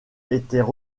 étaient